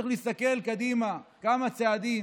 צריך להסתכל קדימה כמה צעדים.